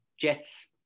Jets